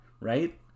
right